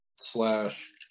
slash